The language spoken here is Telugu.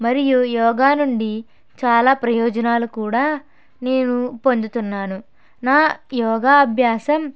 మరియు యోగా నుండి చాలా ప్రయోజనాలు కూడా నేను పొందుతున్నాను నా యోగ అభ్యాసం